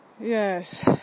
yes